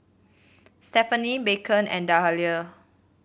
Stephenie Beckham and Dahlia